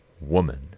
woman